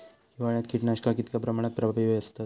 हिवाळ्यात कीटकनाशका कीतक्या प्रमाणात प्रभावी असतत?